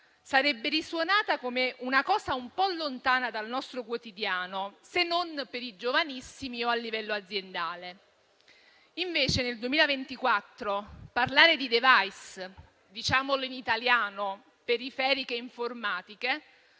Sarebbe risuonata come una cosa un po' lontana dal nostro quotidiano, se non per i giovanissimi o a livello aziendale. Invece nel 2024 parlare di *device* - diciamolo in italiano, periferiche informatiche